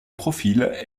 profil